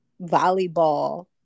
volleyball